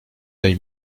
daj